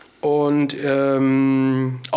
und